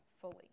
fully